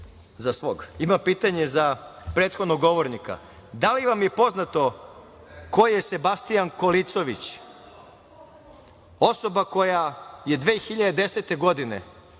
pitanje za prethodnog govornika - da li vam je poznato ko je Sebastijan Kolicović, osoba koja je 2010. godine